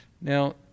Now